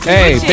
Hey